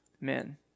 men